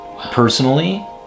personally